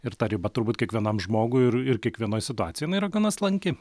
ir ta riba turbūt kiekvienam žmogui ir ir kiekvienoj situacijoj jinai yra gana slanki